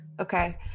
Okay